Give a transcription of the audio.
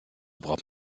braucht